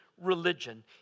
religion